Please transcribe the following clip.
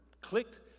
clicked